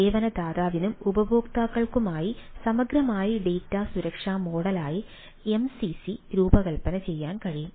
സേവന ദാതാവിനും ഉപയോക്താക്കൾക്കുമായി സമഗ്രമായ ഡാറ്റാ സുരക്ഷാ മോഡലായി എംസിസി രൂപകൽപ്പന ചെയ്യാൻ കഴിയും